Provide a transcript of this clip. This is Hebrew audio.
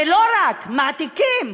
ולא רק זה, מעתיקים.